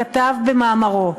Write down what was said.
כתב במאמרו: